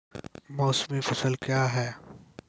मौसमी फसल क्या हैं?